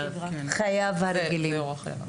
חייו הרגילים.